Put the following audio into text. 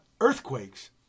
earthquakes